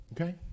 Okay